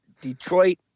Detroit